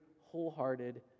wholehearted